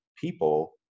people